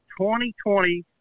2020